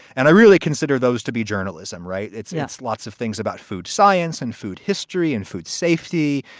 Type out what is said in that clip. and i really consider those to be journalism. right. it's yes, lots of things about food science and food history and food safety,